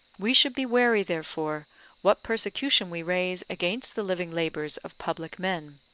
we should be wary therefore what persecution we raise against the living labours of public men,